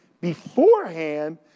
beforehand